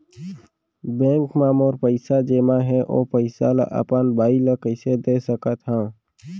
Bank म मोर पइसा जेमा हे, ओ पइसा ला अपन बाई ला कइसे दे सकत हव?